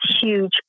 huge